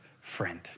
friend